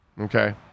Okay